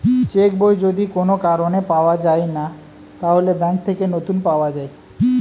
check বই যদি কোন কারণে পাওয়া না যায়, তাহলে ব্যাংক থেকে নতুন পাওয়া যায়